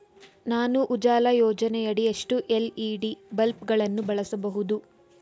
ನಾನು ಉಜಾಲ ಯೋಜನೆಯಡಿ ಎಷ್ಟು ಎಲ್.ಇ.ಡಿ ಬಲ್ಬ್ ಗಳನ್ನು ಬಳಸಬಹುದು?